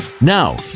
Now